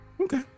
okay